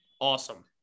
awesome